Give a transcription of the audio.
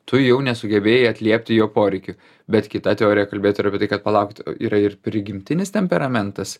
tu jau nesugebėjai atliepti jo poreikių bet kita teorija kalbėtų ir apie tai kad palaukit yra ir prigimtinis temperamentas